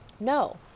No